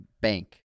bank